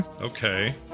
Okay